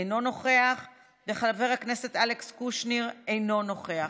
אינו נוכח, חבר הכנסת אלכס קושניר, אינו נוכח.